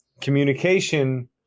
communication